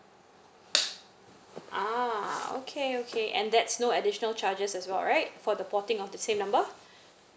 uh okay okay and that's no additional charges as well right for the porting of the same number